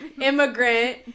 immigrant